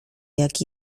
jak